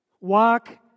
Walk